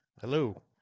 Hello